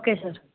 okay sir